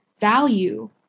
value